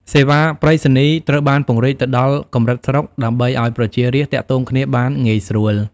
សេវាប្រៃសណីយ៍ត្រូវបានពង្រីកទៅដល់កម្រិតស្រុក ដើម្បីឱ្យប្រជារាស្ត្រទាក់ទងគ្នាបានងាយស្រួល។